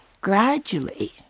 gradually